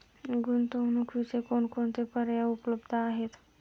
गुंतवणुकीचे कोणकोणते पर्याय उपलब्ध आहेत?